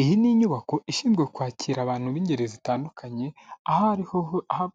iyi ni inyubako ishinzwe kwakira abantu b'ingeri zitandukanye aho ari